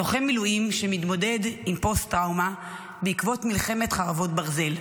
לוחם מילואים שמתמודד עם פוסט-טראומה בעקבות מלחמת חרבות ברזל.